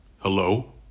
Hello